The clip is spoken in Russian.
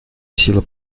сила